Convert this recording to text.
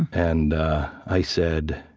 and i said,